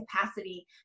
capacity